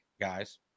guys